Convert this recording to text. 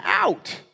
out